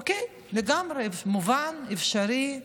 אוקיי, לגמרי מובן, אפשרי.